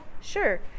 Sure